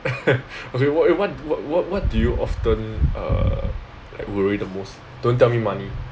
okay wh~ what what what what do you often uh worried the most don't tell me money